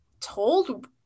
told